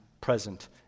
present